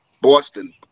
Boston